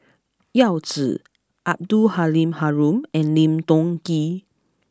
Yao Zi Abdul Halim Haron and Lim Tiong Ghee